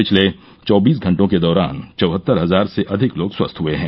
पिछले चौबीस घंटों के दौरान चउहत्तर हजार से अधिक लोग स्वस्थ हए हैं